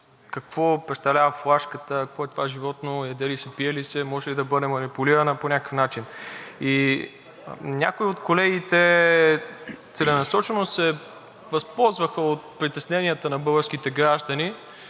какво представлява флашката, какво е това животно, яде ли се, пие ли се, може ли да бъде манипулирана по някакъв начин. Някои от колегите целенасочено се възползваха от притесненията на българските граждани.